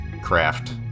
craft